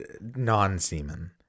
non-semen